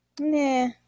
Nah